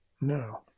No